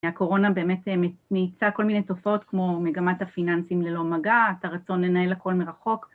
הקורונה באמת מאיצה כל מיני תופעות כמו מגמת הפיננסים ללא מגע, את הרצון לנהל הכל מרחוק